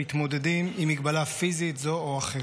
מתמודדים עם מגבלה פיסית כזאת או אחרת.